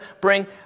bring